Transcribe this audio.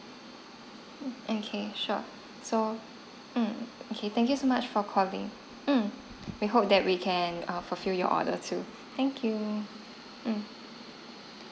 okay sure so mm okay thank you so much for calling mm we hope that we can err fulfill your order too thank you mm